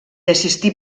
assistí